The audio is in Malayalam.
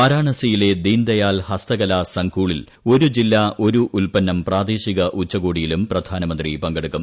വാരാണസിയിലെ ദ്വീൻദിയാൽ ഹസ്തകല സംഗൂളിൽ ഒരു ജില്ല ഒരു ഉൽപ്പന്നം പ്രാദേശിക ഉച്ചകോടിയിലും പ്രധാന മന്ത്രി പങ്കെടുക്കും